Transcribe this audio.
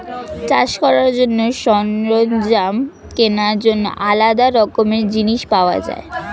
চাষ করার জন্য সরঞ্জাম কেনার জন্য আলাদা রকমের জিনিস পাওয়া যায়